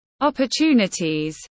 Opportunities